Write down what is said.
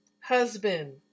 husband